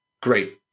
great